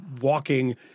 walking